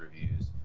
reviews